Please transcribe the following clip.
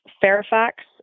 Fairfax